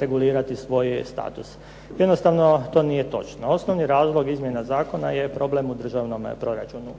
regulirati svoj status. Jednostavno to nije točno. Osnovni razlog izmjena zakona je problem u državnome proračunu